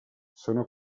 sono